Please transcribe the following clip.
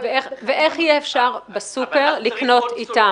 איך אפשר יהיה לקנות בסופרמרקט?